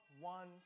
one